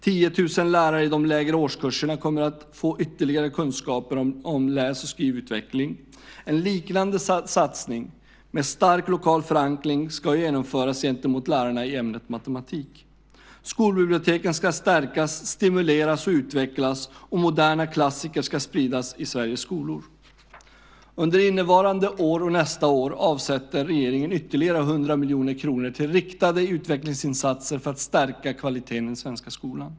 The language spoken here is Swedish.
10 000 lärare i de lägre årskurserna kommer att få ytterligare kunskaper om läs och skrivutveckling. En liknande satsning med stark lokal förankring ska genomföras gentemot lärarna i ämnet matematik. Skolbiblioteken ska stärkas, stimuleras och utvecklas, och moderna klassiker ska spridas i Sveriges skolor. Under innevarande år och nästa år avsätter regeringen ytterligare 100 miljoner kronor till riktade utvecklingsinsatser för att stärka kvaliteten i den svenska skolan.